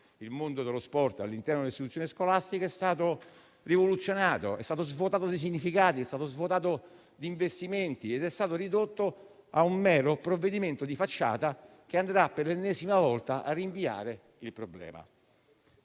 il mondo dello sport all'interno dell'istituzione scolastica è stato rivoluzionato, svuotato di significati e di investimenti, ed è stato ridotto a un mero provvedimento di facciata che andrà per l'ennesima volta a rinviare il problema.